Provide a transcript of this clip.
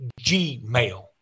Gmail